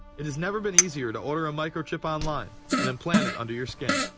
it has never been easier to order a microchip online and implant it under your skin.